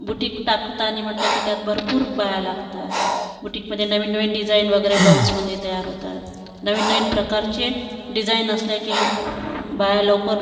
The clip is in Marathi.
बुटीक टाकतांणी म्हटलं की त्यात भरपूर बाया लागतात बुटीकमध्ये नवीन नवीन डिझाईन वगैरे ब्लाउजमध्ये तयार होतात नवीन नवीन प्रकारचे डिझाईन असल्या की बाया लोकं